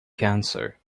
cancer